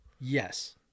Yes